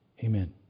Amen